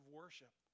worship